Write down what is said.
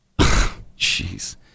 Jeez